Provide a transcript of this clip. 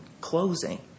closing